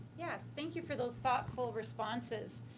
yes, thank you for those thoughtful responses.